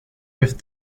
with